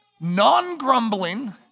non-grumbling